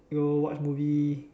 go watch movie